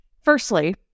Firstly